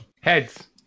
Heads